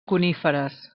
coníferes